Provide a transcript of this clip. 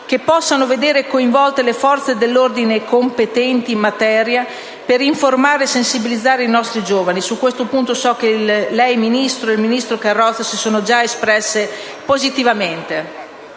che possano vedere coinvolte le forze dell'ordine competenti in materia per informare e sensibilizzare i nostri giovani. Su questo punto so che le ministre Idem e Carrozza si sono già espresse positivamente.